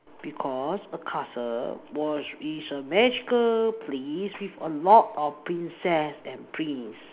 because a castle was is a magical place with a lot of princess and prince